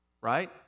right